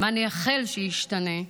מה נייחל שישתנה?